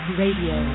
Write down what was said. radio